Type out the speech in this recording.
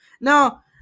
Now